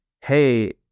Hey